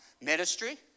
ministry